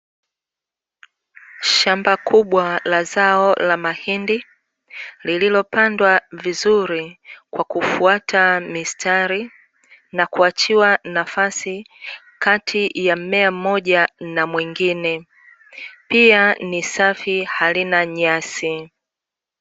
Shamba kubwa la zao la mahindi lililopandwa vizuri kwa kufuata mistari na kuachiwa nafasi kati ya mmea mmoja na mwingine; pia ni safi halina nyasi.